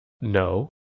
No